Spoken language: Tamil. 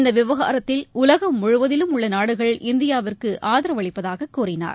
இந்த விவகாரத்தில் உலகம் முழுவதிலும் உள்ள நாடுகள் இந்தியாவிற்கு ஆதரவளிப்பதாகக் கூறினார்